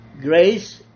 Grace